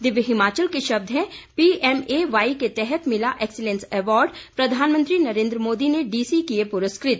दिव्य हिमाचल के शब्द है पीएमएवाई के तहत मिला एक्सीलेंस अवार्ड प्रधानमंत्री नरेन्द्र मोदी ने डीसी किए पुरस्कृत